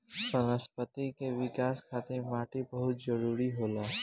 वनस्पति के विकाश खातिर माटी बहुत जरुरी होला